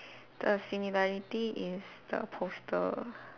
the similarity is the poster